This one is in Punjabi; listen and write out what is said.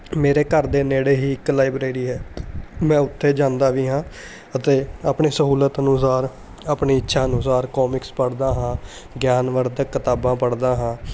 ਮੇਰੇ ਘਰ ਦੇ ਨੇੜੇ ਹੀ ਇੱਕ ਲਾਈਬ੍ਰੇਰੀ ਹੈ ਮੈਂ ਉੱਤੇ ਜਾਂਦਾ ਵੀ ਹਾਂ ਅਤੇ ਆਪਣੀ ਸਹੂਲਤ ਅਨੁਸਾਰ ਆਪਣੀ ਇੱਛਾ ਅਨੁਸਾਰ ਕੌਮਿਕਸ ਪੜ੍ਹਦਾ ਹਾਂ ਗਿਆਨਵਰਤ ਕਿਤਾਬਾਂ ਪੜ੍ਹਦਾ ਹਾਂ